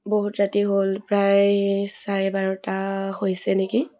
বহুত ৰাতি হ'ল প্ৰায় চাৰে বাৰটা হৈছে নেকি